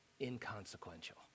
inconsequential